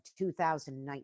2019